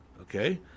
okay